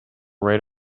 right